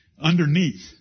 underneath